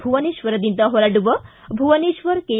ಭುವನೇಶ್ವರದಿಂದ ಹೊರಡುವ ಭುವನೇಶ್ವರ್ ಕೆ